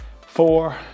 four